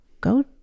go